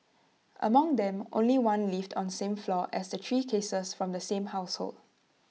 among them only one lived on same floor as the three cases from the same household